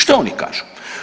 Što oni kažu?